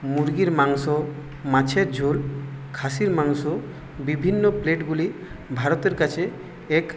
মুরগির মাংস মাছের ঝোল খাসির মাংস বিভিন্ন প্লেটগুলি ভারতের কাছে এক